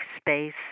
space